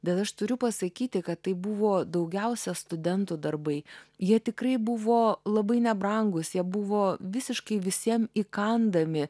bet aš turiu pasakyti kad tai buvo daugiausia studentų darbai jie tikrai buvo labai nebrangūs jie buvo visiškai visiem įkandami